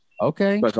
Okay